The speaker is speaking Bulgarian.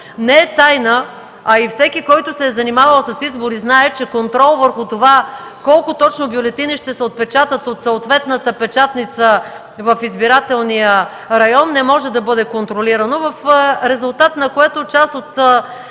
Не е тайна, а и всеки, който се е занимавал с избори, знае, че контрол върху това колко точно бюлетини ще се отпечатат от съответната печатница в избирателния район не може да бъде контролирано, в резултат на което част от